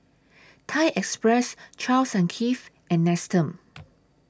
Thai Express Charles and Keith and Nestum